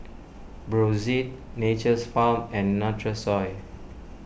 Brotzeit Nature's Farm and Nutrisoy